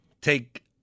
take –